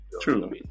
True